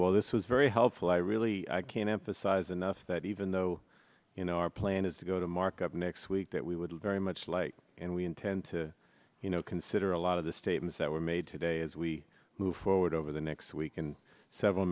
all this was very helpful i really can't emphasize enough that even though you know our plan is to go to mark up next week that we would very much like and we intend to you know consider a lot of the statements that were made today as we move forward over the next week and several